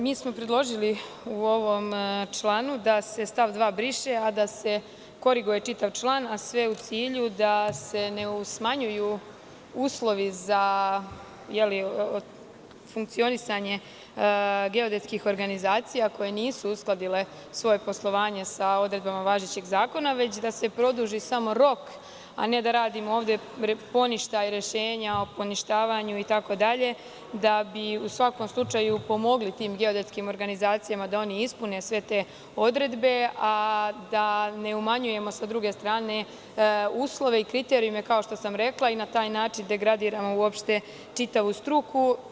Mi smo predložili u ovom članu da se stav 2. briše, a da se koriguje čitav član, a sve u cilju da se ne smanjuju uslovi za funkcionisanje geodetskih organizacija koje nisu uskladile svoje poslovanje sa odredbama važećeg zakona, već da se produži samo rok, a ne da radimo ovde poništaj rešenja o poništavanju itd, da bi u svakom slučaju pomogli tim geodetskim organizacijama da oni ispune sve te odredbe, a da ne umanjujemo sa druge strane uslove i kriterijume, kao što sam rekla, i na taj način degradiramo čitavu struku.